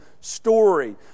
story